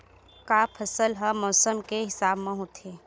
का फसल ह मौसम के हिसाब म होथे?